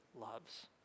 loves